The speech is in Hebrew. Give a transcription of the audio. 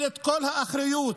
כל האחריות